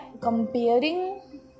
comparing